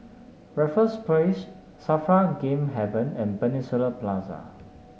Raffles Place Safra Game Haven and Peninsula Plaza